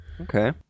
Okay